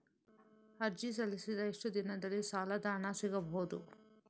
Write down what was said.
ಅರ್ಜಿ ಸಲ್ಲಿಸಿದ ಎಷ್ಟು ದಿನದಲ್ಲಿ ಸಾಲದ ಹಣ ಸಿಗಬಹುದು?